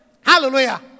Hallelujah